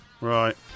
Right